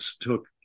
took